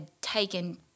taken